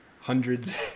hundreds